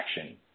action